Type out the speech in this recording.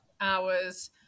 hours